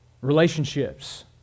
Relationships